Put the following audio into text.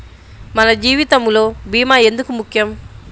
మన జీవితములో భీమా ఎందుకు ముఖ్యం?